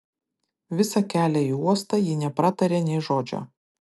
visą kelią į uostą ji nepratarė nė žodžio